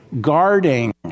guarding